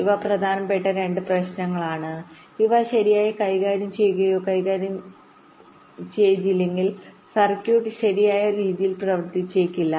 ഇവ പ്രധാനപ്പെട്ട രണ്ട് പ്രശ്നങ്ങളാണ് അവ ശരിയായി കൈകാര്യം ചെയ്യുകയോ കൈകാര്യം ചെയ്യുകയോ ചെയ്തില്ലെങ്കിൽ സർക്യൂട്ട് ശരിയായ രീതിയിൽ പ്രവർത്തിച്ചേക്കില്ല